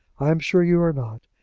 i'm sure you are not.